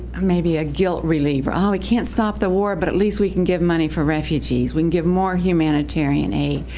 ah maybe a guilt reliever. um we can't stop the war, but at least we can give money for refugees. we can give more humanitarian aid,